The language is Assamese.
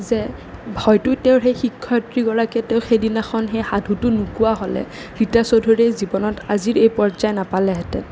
যে হয়তো তেওঁৰ সেই শিক্ষয়িত্ৰী গৰাকীয়ে তেওঁক সেইদিনাখন সেই সাধুটো নোকোৱা হ'লে ৰীতা চৌধুৰীৰ জীৱনত আজিৰ এই পৰ্যায় নাপালেহেঁতেন